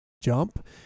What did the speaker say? jump